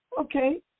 okay